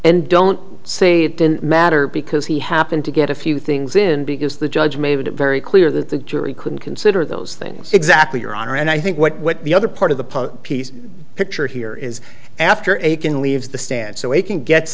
and don't say it didn't matter because he happened to get a few things in because the judge made it very clear that the jury couldn't consider those things exactly your honor and i think what the other part of the piece picture here is after akin leaves the stand so he can gets